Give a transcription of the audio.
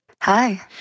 Hi